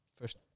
first